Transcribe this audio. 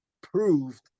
proved